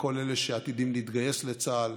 לכל אלה שעתידים להתגייס לצה"ל,